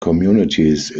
communities